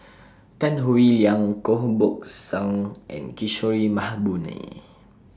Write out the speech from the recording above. Tan Howe Liang Koh Buck Song and Kishore Mahbubani